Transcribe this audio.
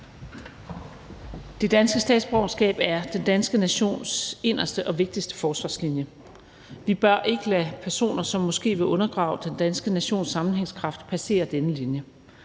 Det danske statsborgerskab er den danske nations inderste og vigtigste forsvarslinje. Vi bør ikke lade personer, som måske vil undergrave den danske nations sammenhængskraft, passere denne linje,